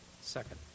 Second